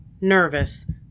nervous